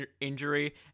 injury